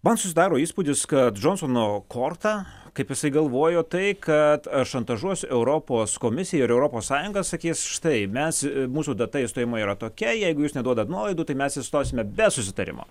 man susidaro įspūdis kad džonsono korta kaip jisai galvojo tai kad šantažuosiu europos komisija ir europos sąjunga sakys štai mes mūsų data išstojimo yra tokia jeigu jūs neduodat nuolaidų tai mes išstosime be susitarimo